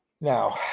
Now